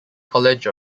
college